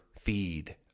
feed